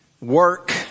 work